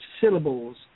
syllables